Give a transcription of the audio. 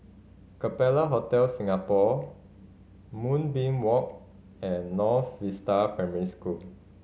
Capella Hotel Singapore Moonbeam Walk and North Vista Primary School